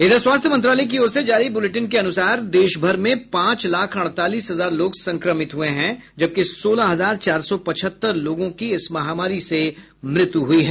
इधर स्वास्थ्य मंत्रालय की ओर जारी बुलेटिन के अनुसार देश भर में पांच लाख अड़तालीस हजार लोग संक्रमित हुए हैं जबकि सोलह हजार चार सौ पचहत्तर लोगों की इस महामारी से मृत्यु हुई है